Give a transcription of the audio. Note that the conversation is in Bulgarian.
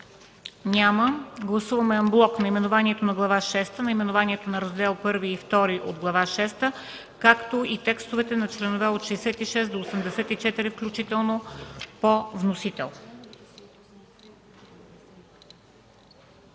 Няма. Гласуваме анблок наименованието на Глава шеста, наименованието на Раздели І и ІІ от Глава шеста, както и текстовете на членове от 66 до 84 включително, по вносител.